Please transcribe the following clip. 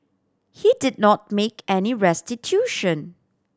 he did not make any restitution